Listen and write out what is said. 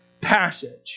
passage